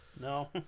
no